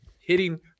hitting